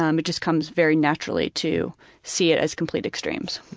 um it just comes very naturally to see it as complete extremes.